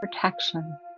protection